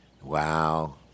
Wow